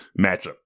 matchup